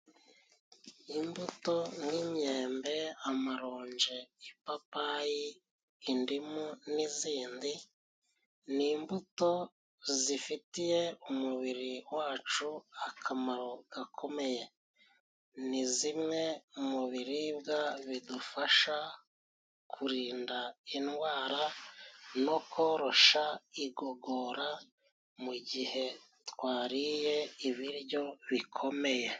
Imbuto nk'imyembe, amaronji, ipapayi, indimu n'izindi ni imbuto zifitiye umubiri wacu akamaro gakomeye, ni zimwe mu biribwa bidufasha kurinda indwara, no korosha igogora mu gihe twariye ibiryo bikomeye.